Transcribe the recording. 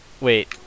Wait